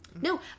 No